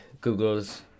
Google's